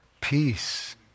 Peace